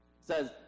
says